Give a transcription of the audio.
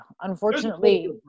unfortunately